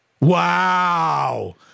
Wow